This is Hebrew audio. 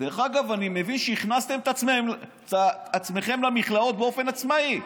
אני מבין שהכנסתם את עצמכם למכלאות באופן עצמאי.